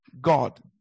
God